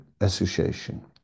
association